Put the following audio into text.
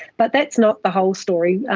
but that's not the whole story.